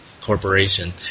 corporation